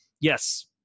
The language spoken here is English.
yes